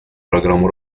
программу